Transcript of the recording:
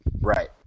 Right